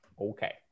okay